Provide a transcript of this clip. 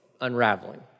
unraveling